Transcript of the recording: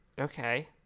Okay